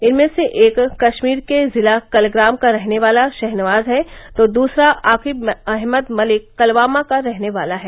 इनमें से एक कश्मीर के जिला कलग्राम का रहने वाला शहनवाज है तो दूसरा आकिब अहमद मलिक कलवामा का रहले वाला है